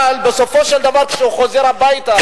אבל בסופו של דבר כשהוא חוזר הביתה,